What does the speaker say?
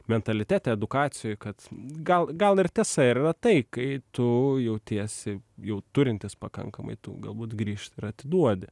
mentalitete edukacijoj kad gal gal ir tiesa ir yra tai kai tu jautiesi jau turintis pakankamai tu galbūt grįžti ir atiduodi